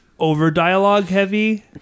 over-dialogue-heavy